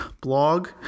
blog